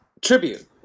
Tribute